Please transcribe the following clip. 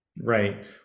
Right